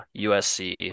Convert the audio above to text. USC